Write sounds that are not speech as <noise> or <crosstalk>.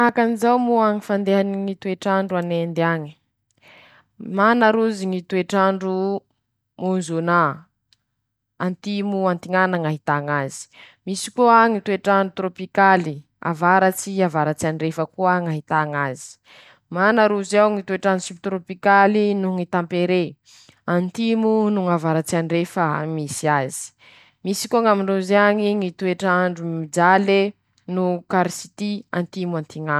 Manahakan'izao moa ñy fandehany ñy toets'andro an'Endy añe: <shushes> Mana rozy ñy toetr'andro môzônà, antimo antiñana ñy ahità ñazy, misy koa ñy toetr'andro torôpikaly avaratsy avaratsy andrefa koa ñy ahità ñazy, mana rozy ñy toetr'andro simpitorôpikaly noho ñt tamperé <shushes> antimo no ñ'avaratsy andrefa m <shushes> isy azy, misy koa ñamindrozy añy ñy toetr'andro mijale no karisity antimo antignana.